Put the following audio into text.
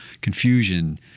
confusion